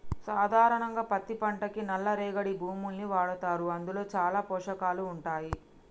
సాధారణంగా పత్తి పంటకి నల్ల రేగడి భూముల్ని వాడతారు అందులో చాలా పోషకాలు ఉంటాయి